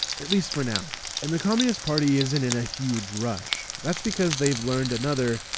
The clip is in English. at least for now. and the communist party isn't in a huge rush. that's because they've learned another,